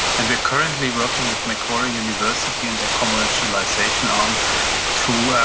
and we are currently working with macquarie university and their commercialisation arm to